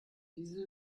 diese